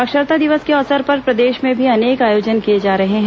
साक्षरता दिवस के अवसर पर प्रदेश में भी अनेक आयोजन किए जा रहे हैं